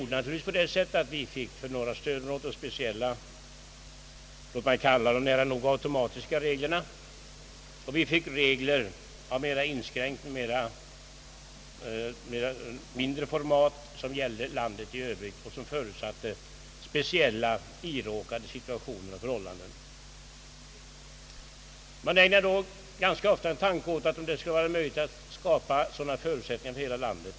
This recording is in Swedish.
Detta ledde till att vi för norra stödområdet fick särskilda, låt mig kalla dem nära nog automatiska regler, och vi fick regler med mera begränsad giltighet som gällde landet i övrigt och som förutsatte speciella situationer och förhållanden. Man ägnade då ganska ofta en tanke åt möjligheten att skapa samma förutsättningar för hela landet.